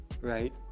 right